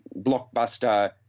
blockbuster